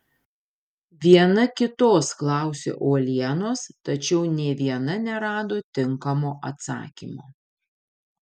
viena kitos klausė uolienos tačiau nė viena nerado tinkamo atsakymo